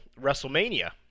WrestleMania